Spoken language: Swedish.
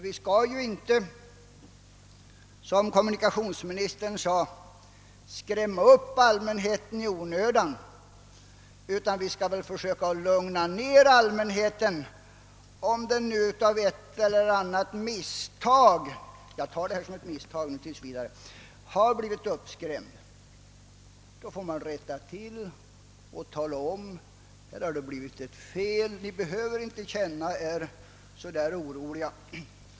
Vi skall ju, som kommunikationsministern sade, inte skrämma upp allmänheten i onödan, utan vi skall väl försöka lugna allmänheten, om den på grund av ett eller annat misstag — jag uppfattar det tills vidare som ett misstag — har blivit uppskrämd, Då får man rätta till det och tala om att här har det blivit ett fel; ni behöver inte känna er oroliga.